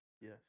Yes